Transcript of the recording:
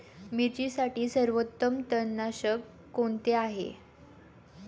मिरचीसाठी सर्वोत्तम तणनाशक कोणते आहे?